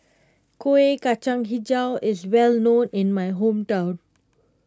Kueh Kacang HiJau is well known in my hometown